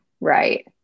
right